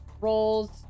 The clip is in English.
rolls